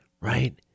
Right